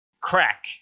crack